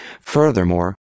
Furthermore